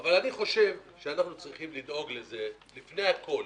אבל אני חושב שאנחנו צריכים לדאוג לפני הכול